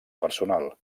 personal